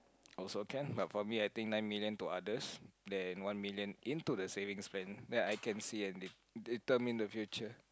also can but probably I think nine million to others then one million into the savings bank then I can see a determine the future